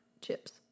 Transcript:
chips